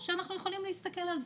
שאנחנו יכולים להסתכל על זה.